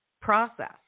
process